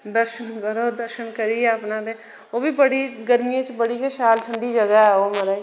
दर्शन करो दर्शन करियै अपने ते ओह् बी बड़ी गर्मियें च बड़ी गै शैल ठंडी जगह ऐ ओह् मतलब